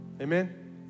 Amen